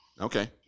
Okay